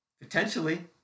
potentially